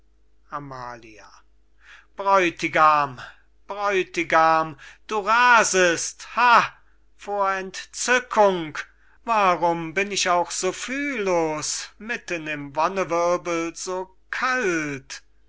amalia bräutigam bräutigam du rasest ha vor entzückung warum bin ich auch so fühllos mitten im wonnewirbel so kalt